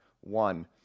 one